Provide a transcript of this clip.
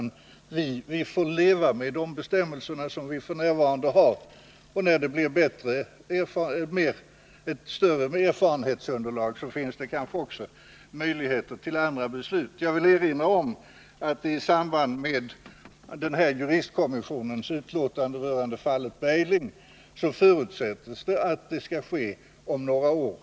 Vi får leva med de bestämmelser som vi f. n. har. När vi har fått ett större erfarenhetsunderlag finns det kanske också möjligheter att fatta andra beslut. Jag vill erinra om att det i samband med juristkommissionens utlåtande rörande fallet Bergling förutsätts att en översyn skall ske om några år.